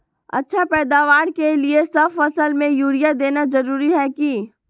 अच्छा पैदावार के लिए सब फसल में यूरिया देना जरुरी है की?